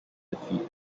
defeat